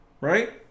right